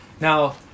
Now